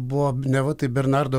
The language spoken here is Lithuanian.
buvo neva tai bernardo